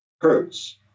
hertz